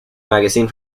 magazine